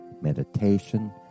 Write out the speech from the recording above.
meditation